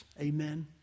Amen